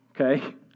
okay